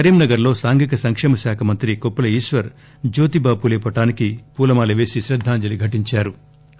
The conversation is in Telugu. కరీంనగర్ లో సాంఘిక సంకేమశాఖ మంత్రి కొప్పుల ఈశ్వర్ జ్యోతిబా ఫూలే పటానికి పూలమాల పేసి శ్రద్దాంజలి ఘటించారు